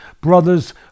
brothers